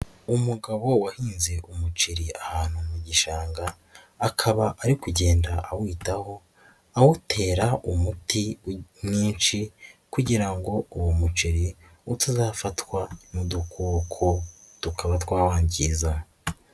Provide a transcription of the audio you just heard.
Umugabo wahinze umuceri ahantu mu gishanga, akaba ari kugenda awitaho, awutera umuti mwinshi kugira ngo uwo muceri utazafatwa n'udukoko tukaba twawangiza.